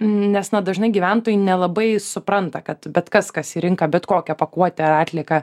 nes na dažnai gyventojai nelabai supranta kad bet kas kas į rinką bet kokią pakuotę atlieką